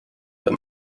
them